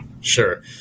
Sure